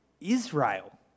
Israel